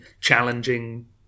challenging